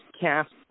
Cast